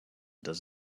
does